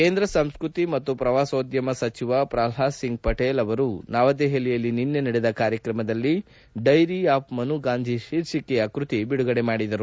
ಕೇಂದ್ರ ಸಂಸ್ಕೃತಿ ಮತ್ತು ಪ್ರವಾಸೋದ್ಯಮ ಸಚಿವ ಪ್ರಹ್ಲಾದ್ ಸಿಂಗ್ ಪಟೇಲ್ ಅವರು ನವದೆಹಲಿಯಲ್ಲಿ ನಿನ್ನೆ ನಡೆದ ಕಾರ್ಯಕ್ರಮದಲ್ಲಿ ಡೈರಿ ಆಫ್ ಮನು ಗಾಂಧಿ ಶೀರ್ಷಿಕೆಯ ಕೃತಿಯನ್ನು ಬಿಡುಗಡೆ ಮಾಡಿದರು